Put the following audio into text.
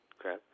crap